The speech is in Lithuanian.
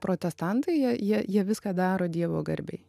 protestantai jie jie jie viską daro dievo garbei